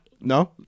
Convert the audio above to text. no